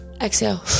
Exhale